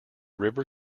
river